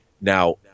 Now